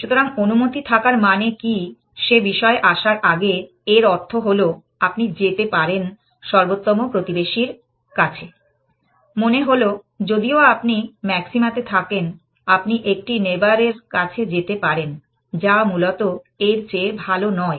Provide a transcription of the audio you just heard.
সুতরাং অনুমতি থাকার মানে কি সে বিষয় আসার আগে এর অর্থ হল আপনি যেতে পারেন সর্বোত্তম প্রতিবেশীর কাছে মনে হল যদিও আপনি ম্যাক্সিমাতে থাকেন আপনি একটি নেইবার এর কাছে যেতে পারেন যা মূলত এর চেয়ে ভাল নয়